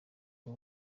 bwo